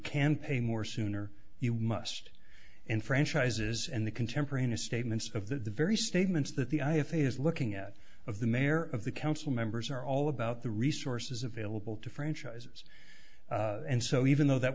can pay more sooner you must and franchises and the contemporaneous statements of the very statements that the i f a is looking at of the mayor of the council members are all about the resources available to franchises and so even though that